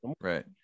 right